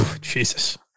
Jesus